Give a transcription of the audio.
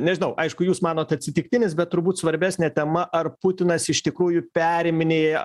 nežinau aišku jūs manot atsitiktinis bet turbūt svarbesnė tema ar putinas iš tikrųjų periminėja